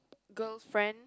girlfriend